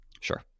Sure